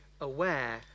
aware